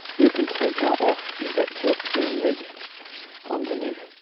you can take that off and get to a clean leek underneath.